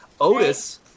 Otis